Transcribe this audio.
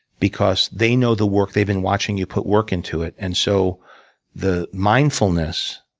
because they know the work. they've been watching you put work into it. and so the mindfulness